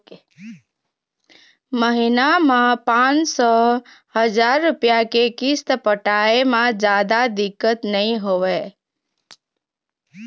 महिना म पाँच सौ, हजार रूपिया के किस्त पटाए म जादा दिक्कत नइ होवय